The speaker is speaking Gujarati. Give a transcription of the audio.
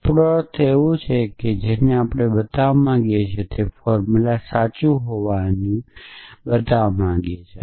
આપણો અર્થ તેવું છે કે જેને આપણે બતાવવા માંગીએ છીએ તે ફોર્મુલા સાચું હોવાનું બતાવવા માંગીએ છીએ